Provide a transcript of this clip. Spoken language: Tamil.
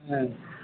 ஆ